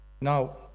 Now